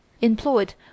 employed